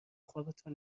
خوابتان